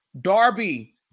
Darby